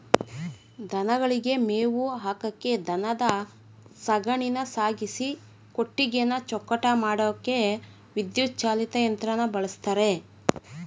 ದನಗಳಿಗೆ ಮೇವು ಹಾಕಕೆ ದನದ ಸಗಣಿನ ಸಾಗಿಸಿ ಕೊಟ್ಟಿಗೆನ ಚೊಕ್ಕಟ ಮಾಡಕೆ ವಿದ್ಯುತ್ ಚಾಲಿತ ಯಂತ್ರನ ಬಳುಸ್ತರೆ